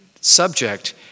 subject